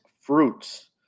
fruits